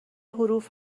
حروف